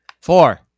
Four